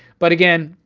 but again,